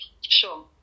sure